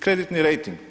Kreditni rejting.